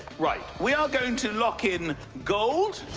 right. we are going to lock in gold.